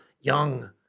young